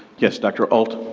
yes, dr. ault.